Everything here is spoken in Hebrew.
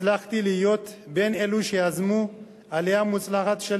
הצלחתי להיות בין אלו שיזמו עלייה מוצלחת של